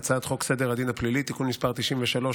הצעת חוק סדר הדין הפלילי (תיקון מס' 93,